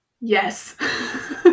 Yes